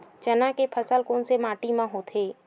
चना के फसल कोन से माटी मा होथे?